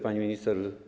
Pani Minister!